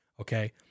okay